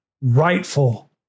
rightful